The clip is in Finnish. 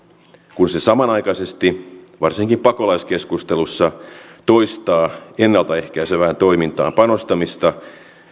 kun se samanaikaisesti varsinkin pakolaiskeskustelussa toistaa ennalta ehkäisevään toimintaan panostamista